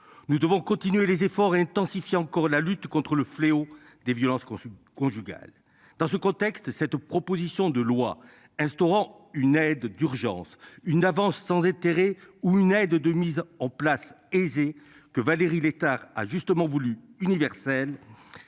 Nous devons continuer les efforts intensifier encore la lutte contre le fléau des violences conjugal. Dans ce contexte, cette proposition de loi instaurant une aide d'urgence une avance sans éthérées ou une aide de mise en place aisée que Valérie Létard a justement voulu universel.